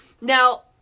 Now